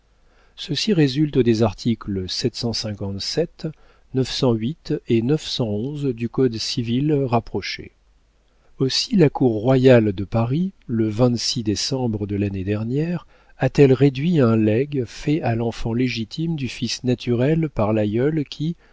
ceci résulte des articles et du code civil rapprochés aussi la cour royale de paris le décembre de l'année dernière a-t-elle réduit un legs fait à l'enfant légitime du fils naturel par l'aïeul qui